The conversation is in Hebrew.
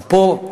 אז פה,